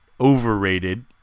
overrated